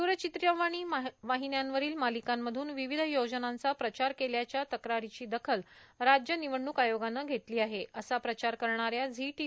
द्रचित्रवाणी वाहिन्यांवरील मालिकांमधून विविध योजनांचा प्रचार केल्याच्या तक्रारीची दखल राज्य निवडणूक आयोगाने घेतली आहे असा प्रचार करणाऱ्या झी टी